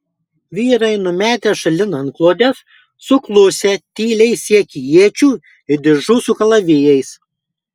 vyrai numetę šalin antklodes suklusę tyliai siekė iečių ir diržų su kalavijais